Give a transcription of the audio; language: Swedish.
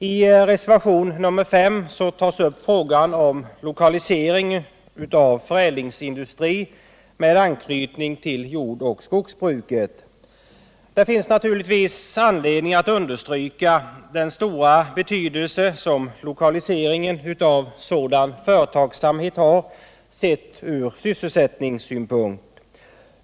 I reservationen 5 tar man upp frågan om lokalisering av förädlingsindustri med anknytning till jordoch skogsbruket. Det finns naturligtvis anledning att understryka den stora betydelse som lokaliseringen av sådan företagsamhet har sett från sysselsättningssynpunkt.